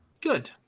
Good